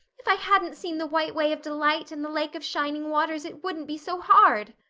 if i hadn't seen the white way of delight and the lake of shining waters it wouldn't be so hard.